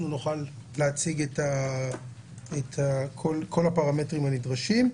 אנחנו נוכל להציג את כל הפרמטרים הנדרשים.